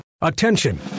Attention